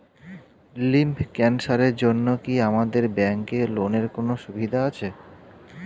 Lymph ক্যানসারের জন্য কি আপনাদের ব্যঙ্কে লোনের কোনও সুবিধা আছে?